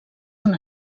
una